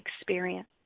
experience